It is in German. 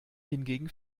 hingegen